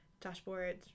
dashboard